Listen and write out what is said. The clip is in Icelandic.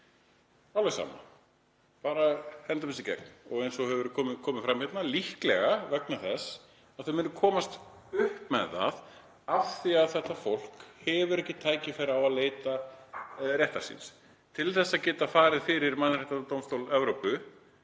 alveg sama: Hendum þessu bara í gegn. Eins og hefur komið fram hérna er það líklega vegna þess að þau munu komast upp með það, af því að þetta fólk hefur ekki tækifæri til að leita réttar síns. Til þess að geta farið fyrir Mannréttindadómstól Evrópu,